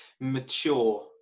mature